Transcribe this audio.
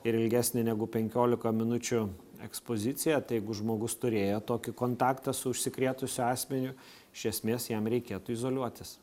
ir ilgesnė negu penkiolika minučių ekspozicija tai jeigu žmogus turėjo tokį kontaktą su užsikrėtusiu asmeniu iš esmės jam reikėtų izoliuotis